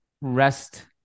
rest